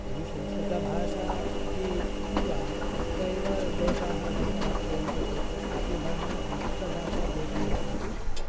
यदि संस्कृतभाषा इति उक्त्वा तत्रैव दोषाः अधिकाः क्रियन्ते चेत् सापि भाषा संस्कृतभाषा भवितुं न अर्हति